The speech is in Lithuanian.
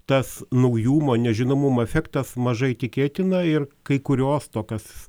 tas naujumo nežinomumo efektas mažai tikėtina ir kai kurios tokios